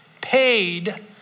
paid